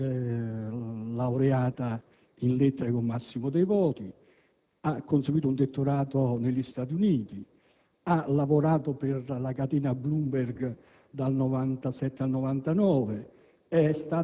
è laureata in lettere con il massimo dei voti, ha conseguito un dottorato negli Stati Uniti, ha lavorato per la catena Bloomberg dal 1997 al 1999